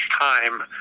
time